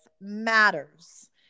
matters